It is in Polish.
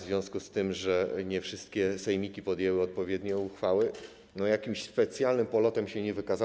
w związku z tym, że nie wszystkie sejmiki podjęły odpowiednie uchwały, jakimś specjalnym polotem się nie wykazała.